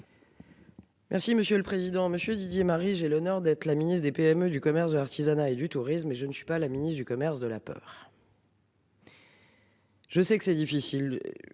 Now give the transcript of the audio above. Merci monsieur le président, monsieur Didier Marie, j'ai l'honneur d'être la ministre des PME, du commerce, de l'artisanat et du tourisme, mais je ne suis pas à la ministre du commerce, de la peur. Je sais que c'est difficile.